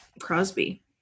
Crosby